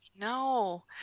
no